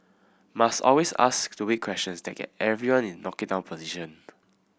must always ask stupid questions that get everyone into knock it down position